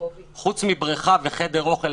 וחוץ מבריכה וחדר אוכל,